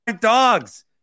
dogs